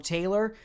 Taylor